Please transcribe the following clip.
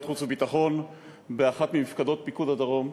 חוץ וביטחון באחת ממפקדות פיקוד הדרום,